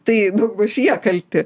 tai bus jie kalti